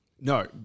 No